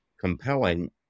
compelling